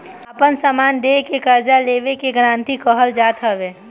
आपन समान दे के कर्जा लेवे के गारंटी कहल जात हवे